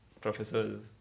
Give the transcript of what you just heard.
professor's